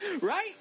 Right